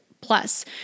plus